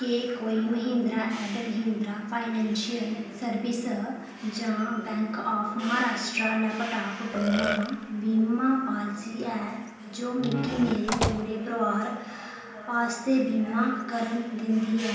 केह् कोई Mahindra and Mahindra financial service जां बैंक ऑफ महाराश्ट्र लैपटाप बीमा बीमा पालसी ऐ जो मिकी मेरे पूरे परोआर आस्तै बीमा करन दिंदी ऐ